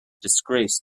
disgrace